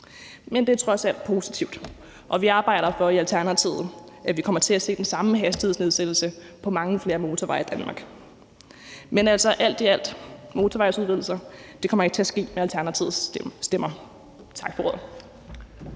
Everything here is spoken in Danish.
hastighed er trods alt positivt. Og vi arbejder for i Alternativet, at vi kommer til at se den samme hastighedsnedsættelse på mange flere motorveje i Danmark. Men alt i alt vil jeg sige, at motorvejsudvidelser ikke kommer til at ske med Alternativets stemmer. Tak for ordet.